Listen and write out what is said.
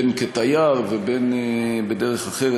בין כתייר ובין בדרך אחרת.